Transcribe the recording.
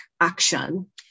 action